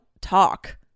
talk